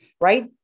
right